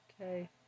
Okay